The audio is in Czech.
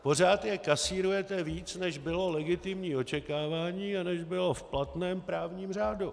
Pořád je kasírujete víc, než bylo legitimní očekávání a než bylo v platném právním řádu.